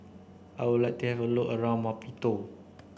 I would like to have a look around Maputo